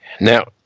Now